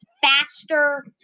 faster